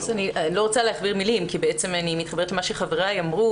אני לא רוצה להכביר מילים כי אני מתחברת למה שחבריי אמרו,